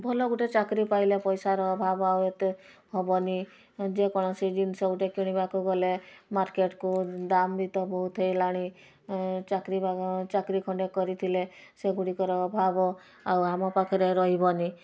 ଭଲ ଗୋଟେ ଚାକିରି ପାଇଲେ ପଇସାର ଅଭାବ ଆଉ ଏତେ ହେବନି ଯେକୌଣସି ଜିନିଷ ଗୋଟେ କିଣିବାକୁ ଗଲେ ମାର୍କେଟ୍କୁ ଦାମ ବି ତ ବହୁତ ହେଲାଣି ଚାକିରି ଚାକିରି ଖଣ୍ଡେ କରିଥିଲେ ସେଗୁଡ଼ିକର ଅଭାବ ଆଉ ଆମ ପାଖରେ ରହିବନି